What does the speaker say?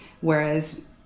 whereas